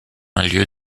lieu